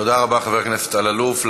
תודה רבה, חבר הכנסת אלאלוף.